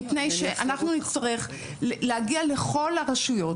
מפני שאנחנו נצטרך להגיע לכל הרשויות,